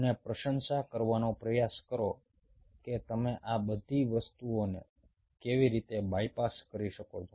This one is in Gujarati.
અને પ્રશંસા કરવાનો પ્રયાસ કરો કે તમે આ બધી વસ્તુઓને કેવી રીતે બાયપાસ કરી શકો છો